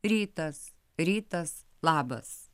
rytas rytas labas